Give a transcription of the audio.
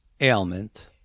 ailment